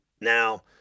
Now